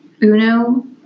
Uno